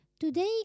Today